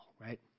right